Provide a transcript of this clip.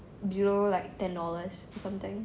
do you know like ten dollars or something